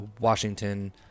Washington